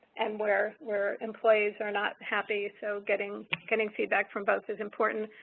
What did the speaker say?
and, where where employees are not happy. so, getting getting feedback from both is important.